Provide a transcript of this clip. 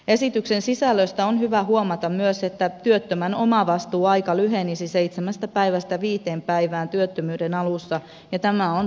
esityksen sisällöstä on hyvä huomata myös että työttömän omavastuuaika lyhenisi seitsemästä päivästä viiteen päivään työttömyyden alussa ja tämä on toivottu muutos